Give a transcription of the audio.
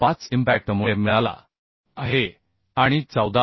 5 इम्पॅक्टमुळे मिळाला आहे आणि 14